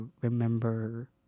remember